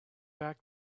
back